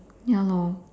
ya lor